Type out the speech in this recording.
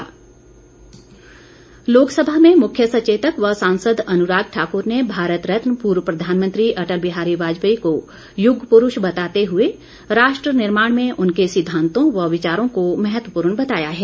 अनुराग ठाकुर लोकसभा में मुख्य सचेतक व सांसद अनुराग ठाकुर ने भारत रत्न पूर्व प्रधानमंत्री अटल बिहारी वाजपेयी को युग पुरूष बताते हुए राष्ट्र निर्माण में उनके सिद्धांतों व विचारों को महत्वपूर्ण बताया है